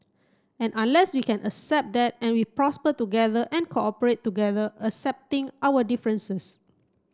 and unless we can accept that and we prosper together and cooperate together accepting our differences